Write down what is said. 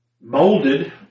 molded